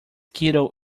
kettle